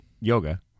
yoga